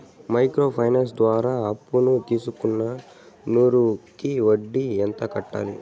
Micro finance ద్వారా అప్పును తీసుకున్న నూరు కి వడ్డీ ఎంత కట్టాలి?